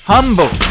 Humble